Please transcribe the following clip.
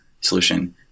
solution